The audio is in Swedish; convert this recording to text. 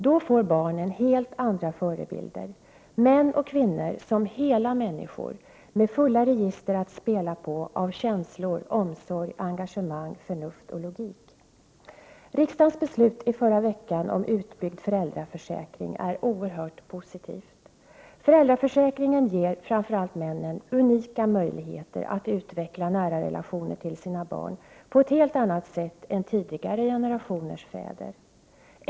Då får barnen helt andra förebilder, män och kvinnor som hela människor med fulla register att spela på av känslor, omsorg, engagemang, förnuft och logik. Riksdagens beslut i förra veckan om utbyggd föräldraförsäkring är oerhört positivt. Föräldraförsäkringen ger framför allt männen unika möjligheter att utveckla nära relationer till sina barn på ett helt annat sätt än tidigare generationers fäder.